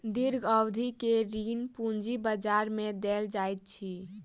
दीर्घ अवधि के ऋण पूंजी बजार में देल जाइत अछि